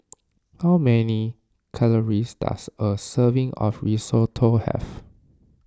how many calories does a serving of Risotto have